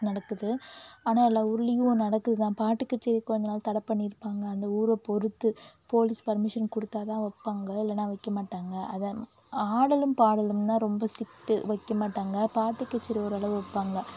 நடக்குது ஆனால் எல்லா ஊர்லேயும் நடக்குதுதான் பாட்டு கச்சேரி கொஞ்ச நாள் தடை பண்ணியிருப்பாங்க அந்த ஊரை பொறுத்து போலீஸ் பர்மிஷன் கொடுத்தாதான் வைப்பாங்க இல்லைன்னா வைக்க மாட்டாங்க அதுதான் ஆடலும் பாடலும்தான் ரொம்ப ஸ்ட்ரிட்டு வைக்க மாட்டாங்க பாட்டு கச்சேரி ஓரளவு வைப்பாங்க